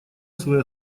свои